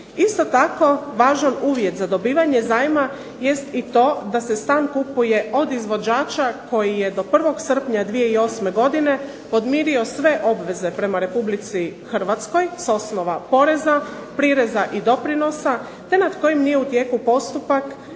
Isto tako važan uvjet za dobivanje zajma jest i to da se stan kupuje od izvođača koji je do 1. srpnja 2008. godine podmirio sve obveze prema Republici Hrvatskoj s osnova poreza, prireza i doprinosa te nad kojim nije u tijeku postupak,